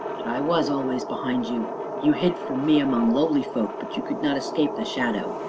i was always behind you you hid from me among lowly folk, but you could not escape the shadow.